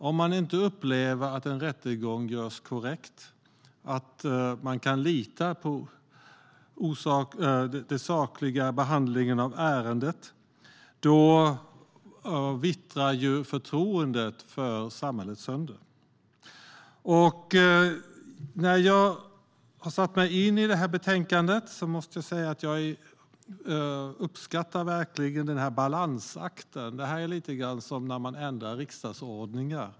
Om man inte upplever att en rättegång görs korrekt och att man kan lita på den sakliga behandlingen av ärendet vittrar förtroendet för samhället sönder. När jag har satt mig in i detta betänkande måste jag säga att jag verkligen uppskattar denna balansakt. Detta är lite grann som när man ändrar riksdagsordningar.